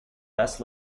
best